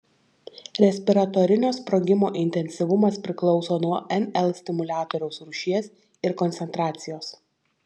respiratorinio sprogimo intensyvumas priklauso nuo nl stimuliatoriaus rūšies ir koncentracijos